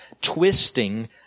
twisting